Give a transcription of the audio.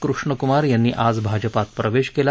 कृष्ण कुमार यांनी आज भाजपात प्रवेश केला